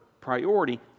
priority